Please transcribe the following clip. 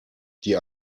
die